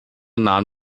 nahm